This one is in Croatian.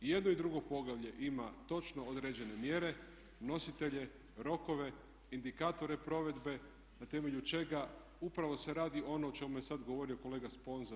I jedno i drugo poglavlje ima točno određene mjere, nositelje, rokove, indikatore provedbe na temelju čega upravo se radi ono o čemu je sad govorio kolega Sponza.